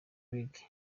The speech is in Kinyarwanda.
league